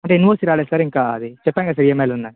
అంటే ఎన్ఓసి రాలేదు సార్ ఇంకా అది చెప్పానుగా సార్ ఈఎమ్ఐలో ఉందని